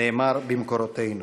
נאמר במקורותינו.